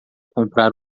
comprar